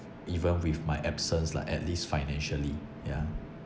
even with my absence lah at least financially yeah